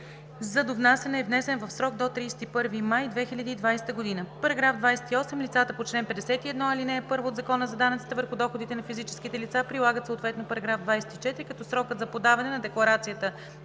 за довнасяне е внесен в срок до 31 май 2020 г. § 28. Лицата по чл. 51, ал. 1 от Закона за данъците върху доходите на физическите лица прилагат съответно § 24, като срокът за подаване на декларацията